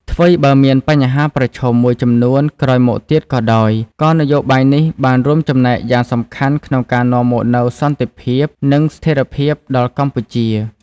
ថ្វីបើមានបញ្ហាប្រឈមមួយចំនួនក្រោយមកទៀតក៏ដោយ ក៏នយោបាយនេះបានរួមចំណែកយ៉ាងសំខាន់ក្នុងការនាំមកនូវសន្តិភាព និងស្ថិរភាពដល់កម្ពុជា។